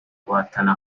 guhatana